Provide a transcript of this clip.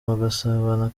bagasabana